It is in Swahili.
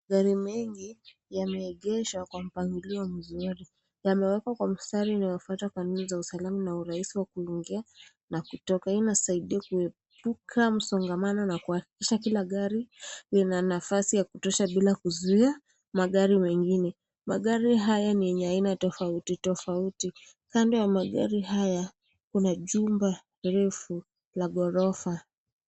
Magari mengi yameegeshwa kwa mpangilio mzuri. Yamewekwa kwa mstari unaofuata kanuni za usalama na urahisi wa kuingia na kutoka. Hii inasaidia kuepuka msongamano na kuhakikisha kila gari lina nafasi ya kutosha bila kuzuia magari mengine. Magari haya ni aina tofauti tofauti. Kando ya magari haya , kuna chumba refu la ghorofa.